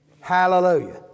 Hallelujah